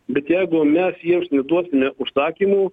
bet jeigu mes jiems neduosime užsakymų